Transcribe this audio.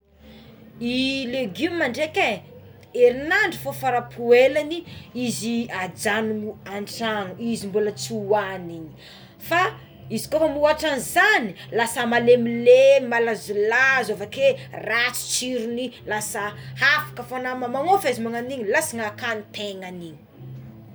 Ny legioma dreky é erinandro fô farafoelagny izy ajanogno antrano izy mbola tsy oagnigny fa izy kôfa moatra zagny lasa malemilemy malazolazo avaké ratsy tsirony lasa afaka fa na ana mamofy lasa nakagny tegnagny igny.